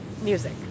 music